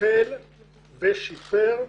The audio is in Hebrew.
טיפל ושיפר,